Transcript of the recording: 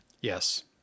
Yes